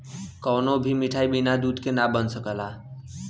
कवनो भी मिठाई बिना दूध के ना बन सकला